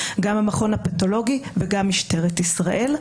גם המכון הפתולוגי וגם משטרת ישראל.